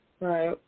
Right